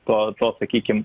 tuo tuo sakykim